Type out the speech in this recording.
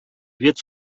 wird